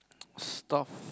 stuffed